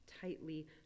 tightly